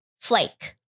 Flake